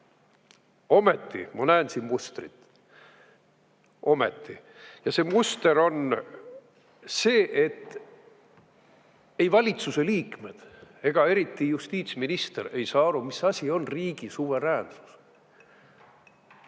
Ometi ma näen siin mustrit. Ja see muster on see, et valitsuse liikmed, eriti justiitsminister ei saa aru, mis asi on riigi suveräänsus.